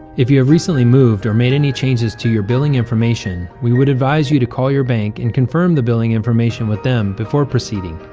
if you have recently moved or made any changes to your billing information, we would advise you to call your bank and confirm the billing information with them before proceeding.